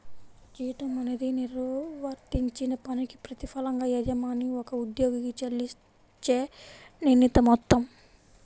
జీతం అనేది నిర్వర్తించిన పనికి ప్రతిఫలంగా యజమాని ఒక ఉద్యోగికి చెల్లించే నిర్ణీత మొత్తం